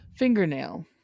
Fingernail